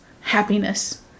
happiness